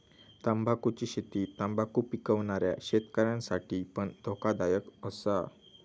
तंबाखुची शेती तंबाखु पिकवणाऱ्या शेतकऱ्यांसाठी पण धोकादायक असा